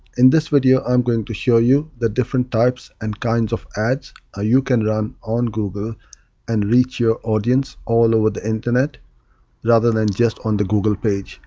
in this video i'm going to show you the different types and kinds of ads ah you can run on google and reach your audience all over the internet rather than just on the google page.